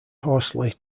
horsley